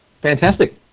Fantastic